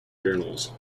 journals